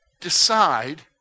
decide